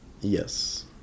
yes